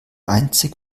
einzig